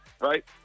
right